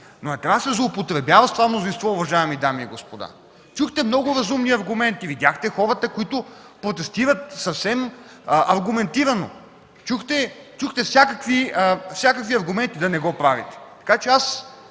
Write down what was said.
но накрая се злоупотребява с това мнозинство, уважаеми дами и господа. Чухте много разумни аргументи, видяхте хората, които протестират съвсем аргументирано – чухте всякакви аргументи да не го правите!